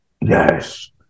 yes